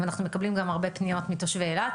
אנחנו מקבלים גם הרבה פניות מתושבי אילת,